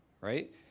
right